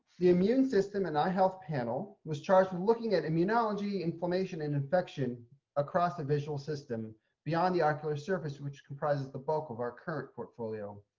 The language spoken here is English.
the immune system and eye health panel was charged with looking at immunology, inflammation and infection across the visual system beyond the ocular surface, which comprises the bulk of our current portfolio.